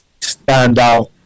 standout